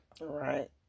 Right